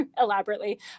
elaborately